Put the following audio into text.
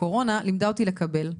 הקורונה לימדה אותי לקבל.